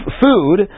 food